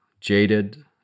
jaded